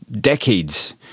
decades